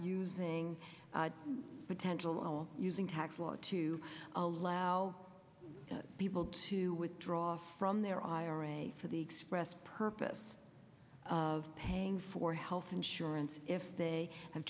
using potential using tax law to allow people to withdraw from their ira for the express purpose of paying for health insurance if they have